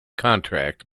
contract